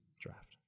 draft